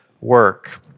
work